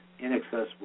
inaccessible